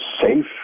safe